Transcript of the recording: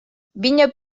vinya